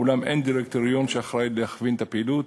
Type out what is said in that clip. אולם אין דירקטוריון שאחראי להכווין את הפעילות,